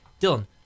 Dylan